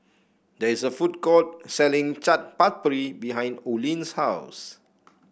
there is a food court selling Chaat Papri behind Oline's house